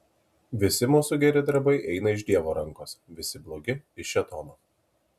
visi mūsų geri darbai eina iš dievo rankos visi blogi iš šėtono